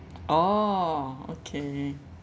orh okay